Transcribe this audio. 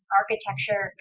architecture